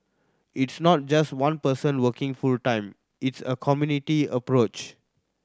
it's not just one person working full time it's a community approach